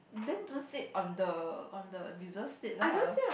then don't sit on the on the reserved seat lah